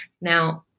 Now